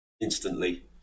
instantly